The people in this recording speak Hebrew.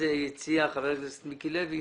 הציע חבר הכנסת מיקי לוי